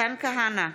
מתן כהנא,